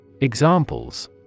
Examples